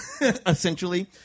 essentially